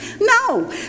No